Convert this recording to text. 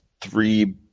three